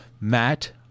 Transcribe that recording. Matt